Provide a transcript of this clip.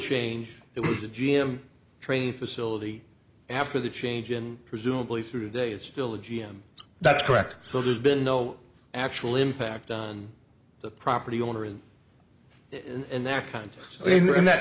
change it was a g m training facility after the change and presumably through day it's still a g m that's correct so there's been no actual impact on the property owner in